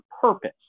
purpose